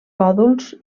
còdols